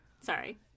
Sorry